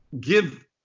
give